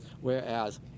Whereas